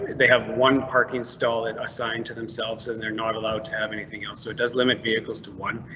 they have one parking stall at assigned to themselves and they are not allowed to have anything else, so it does limit vehicles to one.